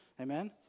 Amen